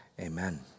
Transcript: amen